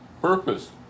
Purpose